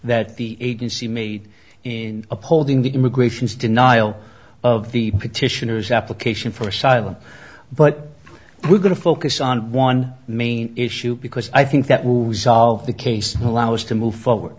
that the agency made in upholding the immigrations denial of the petitioners application for asylum but we're going to focus on one main issue because i think that will resolve the case allow us to move forward